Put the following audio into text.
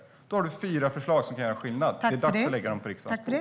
Det finns fyra förslag som kan göra skillnad. Det är dags att lägga dem på riksdagens bord!